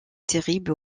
terrible